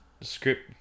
script